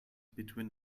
between